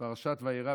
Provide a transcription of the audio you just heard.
בפרשת וירא,